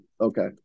okay